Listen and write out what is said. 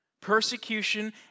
Persecution